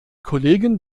kollegen